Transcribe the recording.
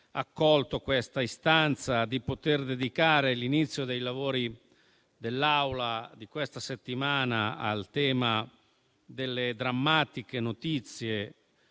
accolto questa istanza), di poter dedicare l'inizio dei lavori dell'Assemblea di questa settimana al tema delle drammatiche notizie